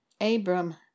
Abram